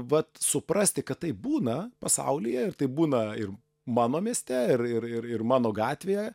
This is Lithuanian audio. vat suprasti kad tai būna pasaulyje ir tai būna ir mano mieste ir ir ir ir mano gatvėje